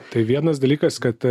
tai vienas dalykas kad